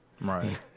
Right